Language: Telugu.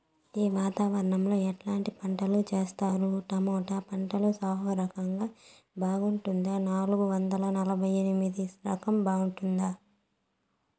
ఈ వాతావరణం లో ఎట్లాంటి పంటలు చేస్తారు? టొమాటో పంటలో సాహో రకం బాగుంటుందా నాలుగు వందల నలభై ఎనిమిది రకం బాగుంటుందా?